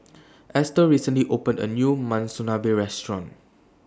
Estelle recently opened A New Monsunabe Restaurant